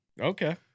Okay